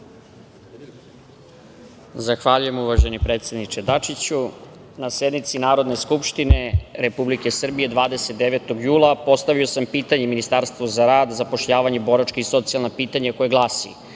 Zahvaljujem, uvaženi predsedniče Dačiću. Na sednici Narodne skupštine Republike Srbije 29. jula, postavio sam pitanje Ministarstvu za rad, zapošljavanje, boračka i socijalna pitanja koje glasi